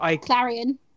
Clarion